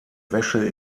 wäsche